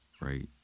right